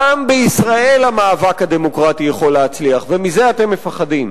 גם בישראל המאבק הדמוקרטי יכול להצליח ומזה אתם מפחדים.